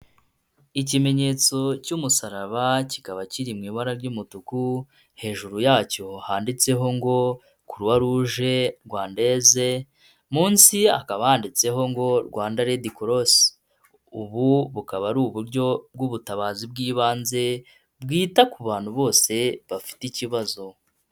Ikimenyetso cy'umusaraba kikaba kiri mu ibara ry'umutuku, hejuru yacyo handitseho ngo Kuruwa ruje Rwandeze, munsi hakaba handitseho ngo Rwanda redi korosi, ubu bukaba ari uburyo bw'ubutabazi bw'ibanze bwita ku bantu bose bafite ikibazo.